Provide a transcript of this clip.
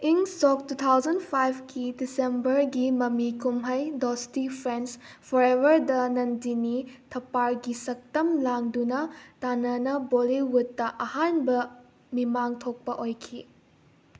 ꯏꯪ ꯁꯣꯛ two thousand ꯐꯥꯏꯚꯀꯤ ꯗꯤꯁꯦꯝꯕꯔꯒꯤ ꯃꯃꯤ ꯀꯨꯝꯍꯩ ꯗꯣꯁꯇꯤ ꯐ꯭ꯔꯦꯟꯁ ꯐꯣꯔꯑꯦꯕꯔ ꯗ ꯅꯟꯇꯤꯅꯤ ꯊꯄꯥꯔꯒꯤ ꯁꯛꯇꯝ ꯂꯥꯡꯗꯨꯅ ꯇꯥꯟꯅꯅ ꯕꯣꯜꯂꯤꯋꯨꯠꯇ ꯑꯍꯥꯟꯕ ꯃꯤꯃꯥꯡ ꯊꯣꯛꯄ ꯑꯣꯏꯈꯤ